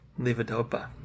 levodopa